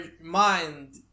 mind